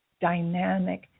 dynamic